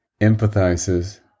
empathizes